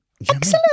excellent